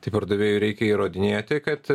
tai pardavėjui reikia įrodinėti kad